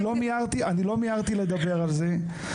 אני לא מיהרתי לדבר על זה,